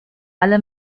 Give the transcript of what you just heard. alle